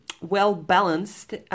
well-balanced